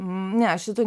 ne aš šito